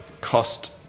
cost